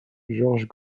georges